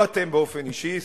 לא אתם באופן אישי,